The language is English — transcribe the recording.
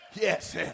Yes